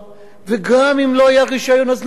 וגם אם לא היה רשיון אז לא נורא.